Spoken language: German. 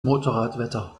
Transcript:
motorradwetter